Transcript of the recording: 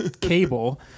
cable